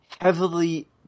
heavily